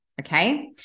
Okay